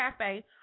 Cafe